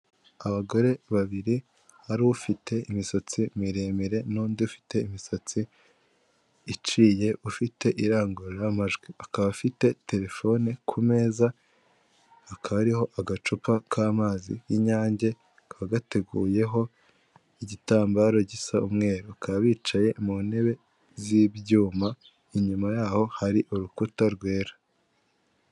Abagore babiri hari ufite imisatsi miremire n'undi ufite imisatsi iciye, ufite irangururamajwi, akaba afite terefone ku meza, hakaba hariho agacupa k'amazi y'inyange, kakaba gateguyeho igitambaro gisa umweru, bakaba bicaye mu ntebe z'ibyuma, inyuma yaho hari urukuta rwera.